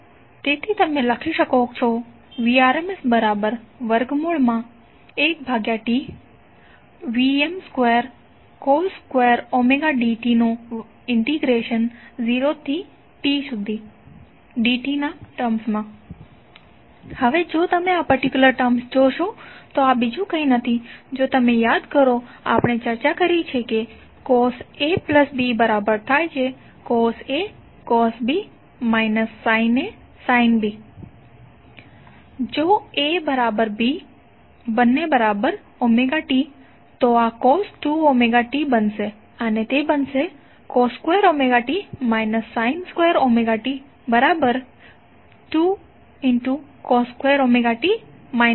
તેથી તમે લખી શકો છો Vrms1T0TVm2cos2tdt હવે જો તમે આ પર્ટિક્યુલર ટર્મ્સ જોશો તો આ બીજું કંઈ નથી જો તમે યાદ કરો આપણે ચર્ચા કરી છે cosABcosA cosB sinA sinB જો ABt તો આ cos2t બનશે અને તે બનશે cos2t sin2t2cos2t 1